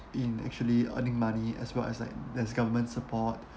in actually earning money as well as like there's government support